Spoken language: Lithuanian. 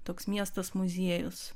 toks miestas muziejus